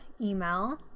email